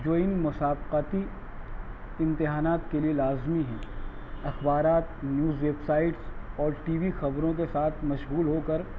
جو ان مسابقاتی امتحانات کے لیے لازمی ہے اخبارات نیوز ویبسائٹس اور ٹی وی خبروں کے ساتھ مشغول ہو کر